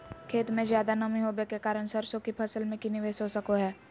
खेत में ज्यादा नमी होबे के कारण सरसों की फसल में की निवेस हो सको हय?